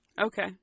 Okay